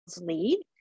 lead